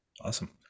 Awesome